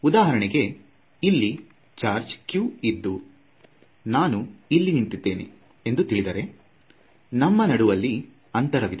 ಉದಾಹರಣೆಗೆ ಇಲ್ಲಿ charge q ಇದ್ದು ನಾನು ಇಲ್ಲಿ ನಿಂತಿದ್ದೇನೆ ಎಂದು ತಿಳಿದರೆ ನಮ್ಮ ನಡುವಲ್ಲಿ ಅಂತರವಿದೆ